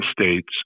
states